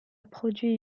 produit